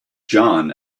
john